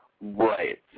Right